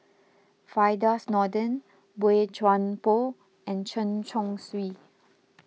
Firdaus Nordin Boey Chuan Poh and Chen Chong Swee